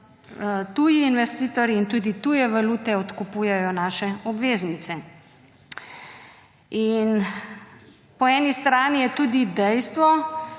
tuji investitorji in tudi tuje valute odkupujejo naše obveznice. Po eni strani je tudi dejstvo,